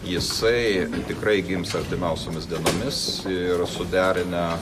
jisai tikrai gims artimiausiomis dienomis ir suderinę